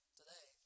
today